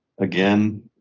again